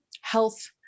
health